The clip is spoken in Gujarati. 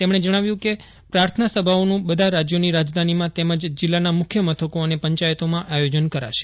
તેમણે જણાવ્યું કે પ્રાર્થના સભાઓનું બધા રાજ્યોની રાજધાનીમાં તેમજ જિલ્લાના મુખ્ય મથકો અને પંચાયતોમાં આયોજન કરાશે